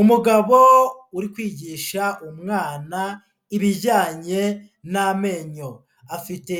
Umugabo uri kwigisha umwana ibijyanye n'amenyo, afite